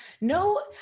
no